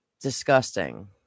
disgusting